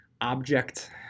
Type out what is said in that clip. object